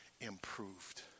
Improved